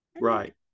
Right